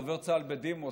דובר צה"ל בדימוס,